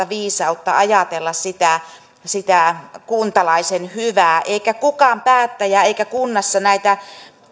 viisautta ajatella sitä sitä kuntalaisen hyvää ei kukaan päättäjä tee eikä kunnassa tehdä näitä